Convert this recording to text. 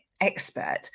expert